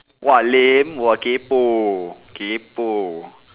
!wah! lame !wah! kaypoh kaypoh